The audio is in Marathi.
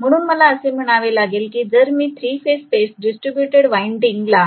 म्हणून मला असे म्हणावे लागेल की जर मी three phase space distributed winding ला